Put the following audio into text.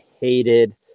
hated